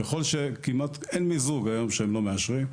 ככל שכמעט ואין מיזוג היום שהם לא מאשרים.